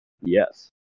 Yes